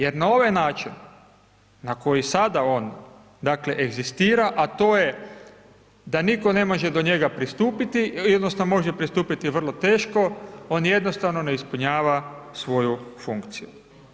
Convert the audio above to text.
Jer na ovaj način na koji sada on dakle egzistira a to je da nitko ne može do njega pristupiti, odnosno može pristupiti vrlo teško, on jednostavno ne ispunjava svoju funkciju.